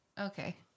okay